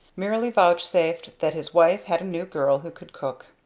merely vouchsafed that his wife had a new girl who could cook.